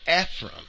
Ephraim